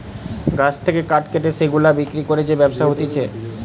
গাছ থেকে কাঠ কেটে সেগুলা বিক্রি করে যে ব্যবসা হতিছে